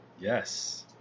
Yes